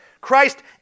Christ